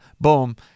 Boom